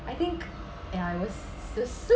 I think ya it was so